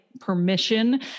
permission